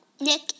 Nick